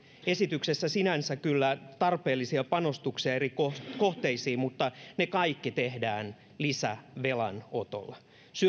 esityksessä sinänsä kyllä tarpeellisia panostuksia eri kohteisiin mutta ne kaikki tehdään lisävelanotolla